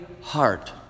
heart